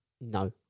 No